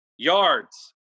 Yards